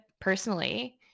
personally